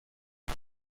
وقت